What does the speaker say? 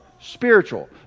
spiritual